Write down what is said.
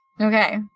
Okay